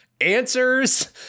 Answers